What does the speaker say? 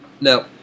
Now